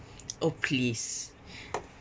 oh please